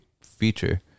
Feature